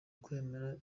kwemera